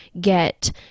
get